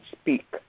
speak